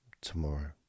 tomorrow